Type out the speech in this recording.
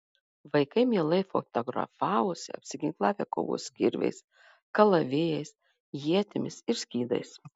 vaikai mielai fotografavosi apsiginklavę kovos kirviais kalavijais ietimis ir skydais